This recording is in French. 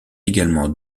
également